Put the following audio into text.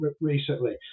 recently